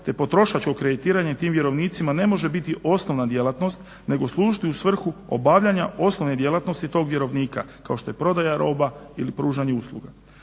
te potrošačko kreditiranje tim vjerovnicima ne može biti osnovna djelatnost nego služiti u svrhu obavljanja osnovne djelatnosti tog vjerovnika kao što je prodaja roba ili pružanje usluga.